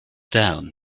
down